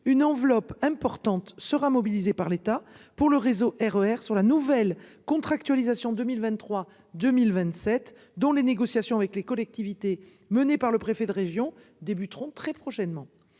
une enveloppe importante sera mobilisée par l'État pour le réseau RER sur la nouvelle contractualisation 2023 2027 dont les négociations avec les collectivités menée par le préfet de région débuteront très prochainement.